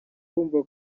kumva